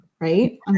right